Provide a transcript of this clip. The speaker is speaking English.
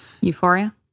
euphoria